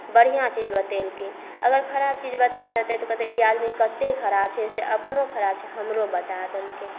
बढ़िऑं चीज बतेलकै अगर खराब चीज बताए देतै तऽ कहतै कि आदमी कते खराब छै से अपनो खराब छै आ हमरो बनाए देलकै